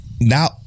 now